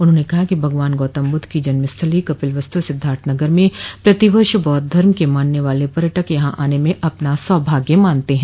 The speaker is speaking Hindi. उन्होंने कहा कि भगवान गौतमबुद्ध की जन्मस्थली कपिलवस्तु सिद्धार्थनगर में प्रतिवर्ष बौद्ध धर्म के मानने वाले पर्यटक यहां आने में अपना सौभाग्य मानते हैं